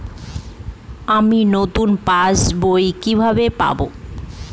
আমি নতুন পাস বই কিভাবে পাব?